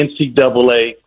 NCAA